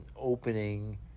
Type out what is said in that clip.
opening